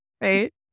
Right